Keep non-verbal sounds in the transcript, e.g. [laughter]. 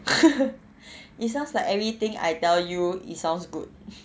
[laughs] it sounds like everything I tell you it sounds good